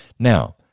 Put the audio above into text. Now